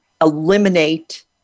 eliminate